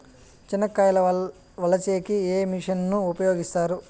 చెనక్కాయలు వలచే కి ఏ మిషన్ ను ఉపయోగిస్తారు?